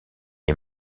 est